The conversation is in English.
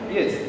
Yes